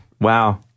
Wow